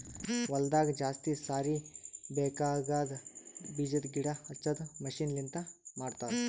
ಹೊಲದಾಗ ಜಾಸ್ತಿ ಸಾರಿ ಬೇಕಾಗದ್ ಬೀಜದ್ ಗಿಡ ಹಚ್ಚದು ಮಷೀನ್ ಲಿಂತ ಮಾಡತರ್